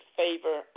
favor